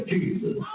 Jesus